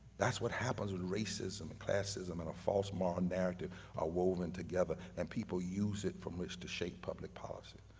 that's what happens with racism and classism and a false moral narrative are woven together and people use it from which to shape public policy,